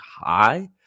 high